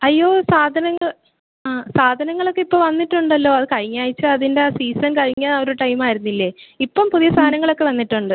അയ്യോ സാധനങ്ങൾ ആ സാധനങ്ങളൊക്കെ ഇപ്പം വന്നിട്ടുണ്ടല്ലോ അത് കഴിഞ്ഞ ആഴ്ച അതിന്റെ സീസൺ കഴിഞ്ഞ ആ ഒരു ടൈമായിരുന്നില്ലേ ഇപ്പം പുതിയ സാധനങ്ങളൊക്കെ വന്നിട്ടുണ്ട്